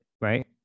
right